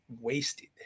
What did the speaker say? wasted